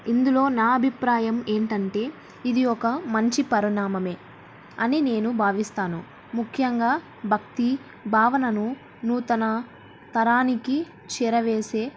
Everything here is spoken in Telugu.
ఇందులో నా అభిప్రాయం ఏంటంటే ఇది ఒక మంచి పరిణామమే అని నేను భావిస్తాను ముఖ్యంగా భక్తి భావనను నూతన తరానికి చేరవేసే